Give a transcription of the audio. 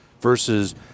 versus